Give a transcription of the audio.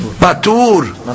Batur